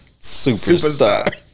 superstar